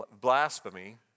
blasphemy